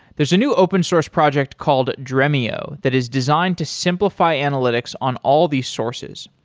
there's a new open-source project called dremio that is designed to simplify analytics on all these sources.